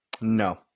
No